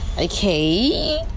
Okay